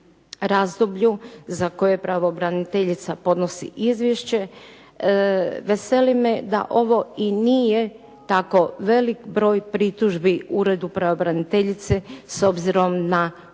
razdoblju za koje pravobraniteljica podnosi izvješće, veseli me da ovo i nije tako velik broj pritužbi uredu pravobraniteljice s obzirom na